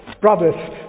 brothers